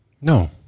No